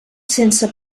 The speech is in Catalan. sense